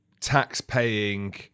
tax-paying